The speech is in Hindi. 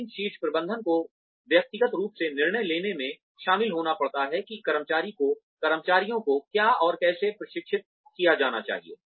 लेकिन शीर्ष प्रबंधन को व्यक्तिगत रूप से निर्णय लेने में शामिल होना पड़ता है कि कर्मचारियों को क्या और कैसे प्रशिक्षित किया जाना चाहिए